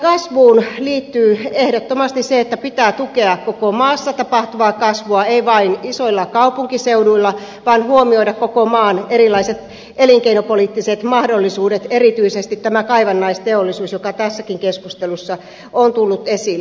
tähän kasvuun liittyy ehdottomasti se että pitää tukea koko maassa tapahtuvaa kasvua ei vain isoilla kaupunkiseuduilla vaan pitää huomioida koko maan erilaiset elinkeinopoliittiset mahdollisuudet erityisesti kaivannaisteollisuus joka tässäkin keskustelussa on tullut esille